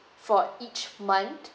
for each month